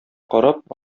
карап